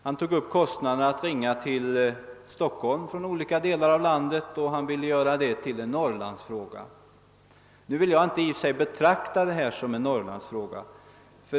Han berörde kostnaderna för att ringa till Stockholm från olika delar av landet, och han ville göra det till en Norrlands fråga. Jag vill inte betrakta detta som en Norrlandsfråga.